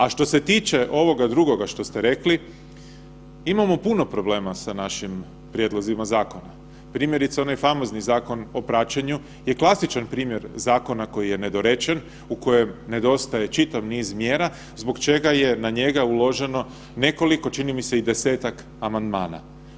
A što se tiče ovoga drugoga što ste rekli, imamo puno problema sa našim prijedlozima zakona, primjerice onaj famozni zakon o praćenju je klasični primjer zakona koji je nedorečen u kojem nedostaje čitav niz mjera zbog čega je na njega uloženo nekoliko čini mi se i desetak amandmana.